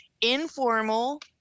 informal